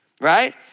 Right